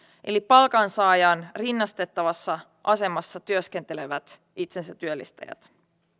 eli palkansaajaan rinnastettavassa asemassa työskentelevät itsensätyöllistäjät